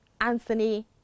Anthony